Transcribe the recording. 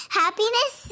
happiness